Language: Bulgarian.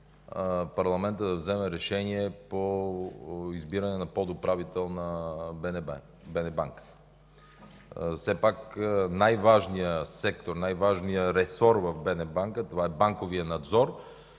Парламентът да вземе решение по избиране на подуправител на БНБ. Все пак най-важният сектор, най-важният ресор в БНБ е банковият надзор,